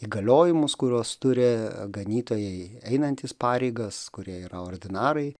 įgaliojimus kuriuos turi ganytojai einantys pareigas kurie yra ordinarai